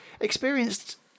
experienced